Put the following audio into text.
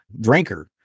drinker